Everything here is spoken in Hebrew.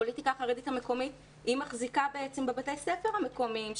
הפוליטיקה החרדית המקומית מחזיקה בעצם בבתי הספר המקומיים.